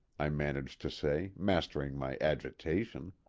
i managed to say, mastering my agitation.